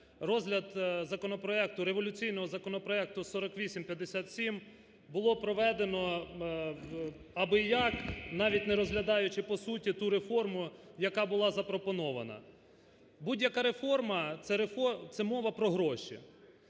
революційного законопроекту 4857, було проведено аби як, навіть не розглядаючи по суті ту реформу, яка була запропонована. Будь-яка реформа, це мова про гроші.